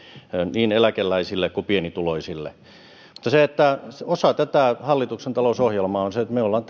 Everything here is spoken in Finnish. niin eläkeläisille kuin pienituloisille osa tätä hallituksen talousohjelmaa on se että me olemme